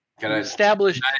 Establish